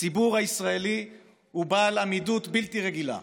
הציבור הישראלי הוא בעל עמידות בלתי רגילה,